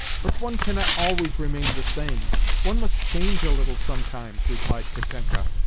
but one cannot always remain the same one must change a little sometimes, replied katenka,